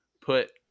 put